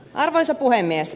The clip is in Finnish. arvoisa puhemies